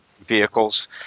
vehicles